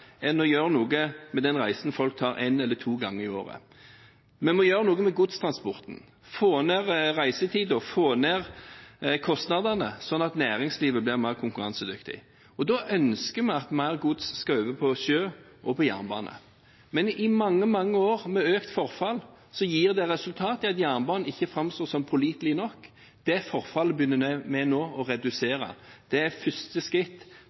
den reisen folk tar én eller to ganger i året. Vi må gjøre noe med godstransporten – få ned reisetiden og få ned kostnadene – slik at næringslivet blir mer konkurransedyktig. Da ønsker vi at mer gods skal over på sjø og på jernbane. Mange, mange år med økt forfall har gitt det resultat at jernbanen ikke framstår som pålitelig nok. Det forfallet begynner vi nå å redusere. Det er første skritt